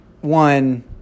one